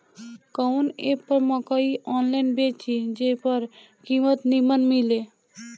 कवन एप पर मकई आनलाइन बेची जे पर कीमत नीमन मिले?